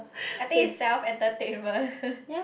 I think it's self entertainment